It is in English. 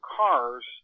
cars